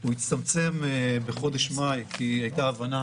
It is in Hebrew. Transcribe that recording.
הוא הצטמצם בחודש מאי כי הייתה הבנה